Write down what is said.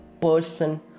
person